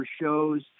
shows